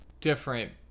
different